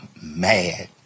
mad